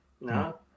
No